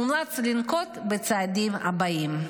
מומלץ לנקוט בצעדים הבאים: